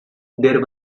there